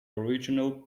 original